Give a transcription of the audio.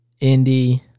indie